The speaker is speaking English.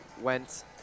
went